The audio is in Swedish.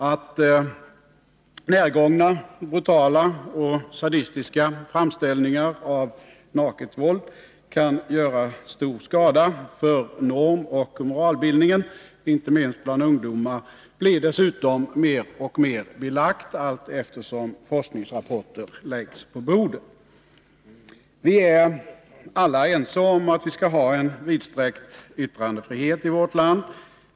Att närgångna, brutala och sadistiska framställningar av naket våld kan göra stor skada för normoch moralbildningen, inte minst bland ungdomar, blir dessutom mer och mer belagt allteftersom forskningsrapporter läggs fram. Vi är alla ense om att vi skall ha en vidsträckt yttrandefrihet i vårt land.